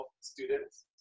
students